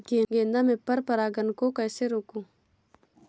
गेंदा में पर परागन को कैसे रोकुं?